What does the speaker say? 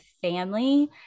family